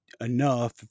enough